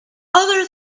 other